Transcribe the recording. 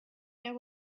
there